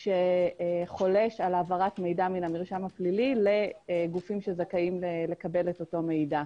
שחולש על העברת מידע מהמרשם הפלילי לגופים שזכאים לקבל אותו מידע.